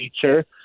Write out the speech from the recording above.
feature